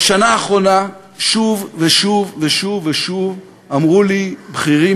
בשנה האחרונה שוב ושוב ושוב ושוב אמרו לי בכירים